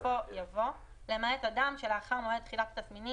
בסופו יבוא " למעט אדם שלאחר מועד תחילת התסמינים